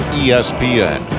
espn